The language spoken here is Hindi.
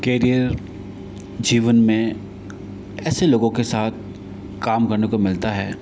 केरियर जीवन में ऐसे लोगों के साथ काम करने को मिलता है